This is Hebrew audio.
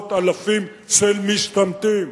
עשרות אלפים של משתמטים,